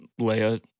Leia